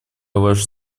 ваш